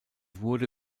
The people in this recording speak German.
wurde